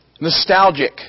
nostalgic